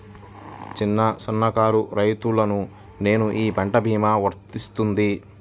చిన్న సన్న కారు రైతును నేను ఈ పంట భీమా వర్తిస్తుంది?